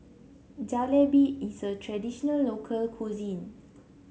jalebi is a traditional local cuisine